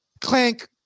clank